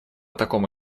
такому